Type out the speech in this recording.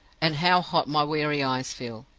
and how hot my weary eyes feel!